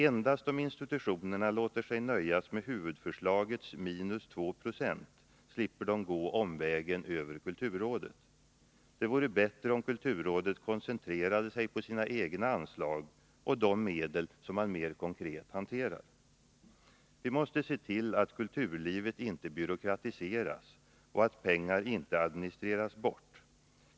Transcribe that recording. Endast om institutionerna låter sig nöjas med huvudförslagets minus 2 76 slipper de gå omvägen över kulturrådet. Det vore bättre om kulturrådet koncentrerade sig på sina egna anslag och de medel som man mer konkret hanterar. Vi måste se till att kulturlivet inte byråkratiseras och att pengar inte administreras bort.